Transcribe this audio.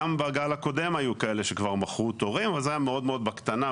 גם בגל הקודם היו כאלה שכבר מכרו תורים אבל זה היה מאוד בקטנה,